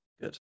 good